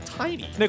tiny